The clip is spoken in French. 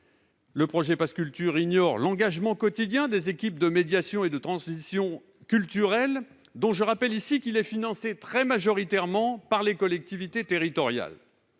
Le projet de pass culture ignore l'engagement quotidien des équipes de médiation et de transmission culturelles, dont je rappelle qu'il est financé très majoritairement par les collectivités territoriales.